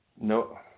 no